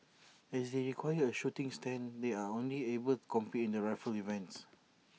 as they require A shooting stand they are only able compete in the rifle events